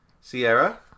Sierra